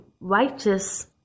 righteous